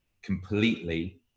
completely